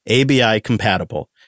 ABI-compatible